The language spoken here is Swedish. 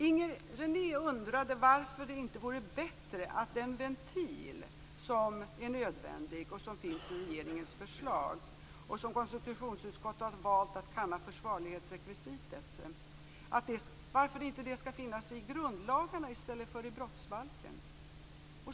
Inger René undrade varför det inte vore bättre att den nödvändiga ventil som finns i regeringens förslag och som konstitutionsutskottet valt att kalla försvarlighetsrekvisitet skulle få finnas i grundlagarna i stället för i brottsbalken.